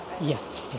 yes